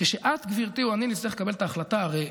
כשאת, גברתי, או אני נצטרך לקבל את ההחלטה, הרי